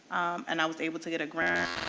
and i was able to get a grant